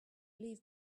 leave